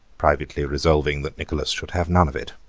privately resolving that nicholas should have none of it.